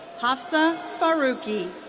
hafsa farooqui.